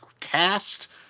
cast